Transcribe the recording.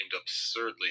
absurdly